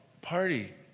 Party